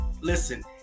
Listen